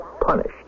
Punished